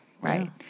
right